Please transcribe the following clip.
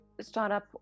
startup